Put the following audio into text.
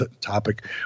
topic